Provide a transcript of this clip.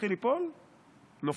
מתחיל ליפול, נופל.